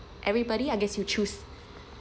everybody I guess you choose